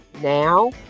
now